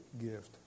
gift